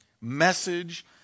message